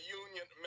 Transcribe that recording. union